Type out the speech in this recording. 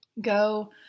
go